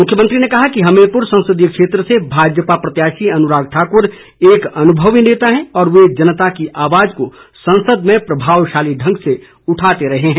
मुख्यमंत्री ने कहा कि हमीरपुर संसदीय क्षेत्र से भाजपा प्रत्याशी अनुराग ठाकुर एक अनुभवी नेता हैं और वे जनता की आवाज़ को संसद में प्रभावशाली ढंग से उठाते रहे हैं